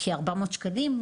כ-400 שקלים.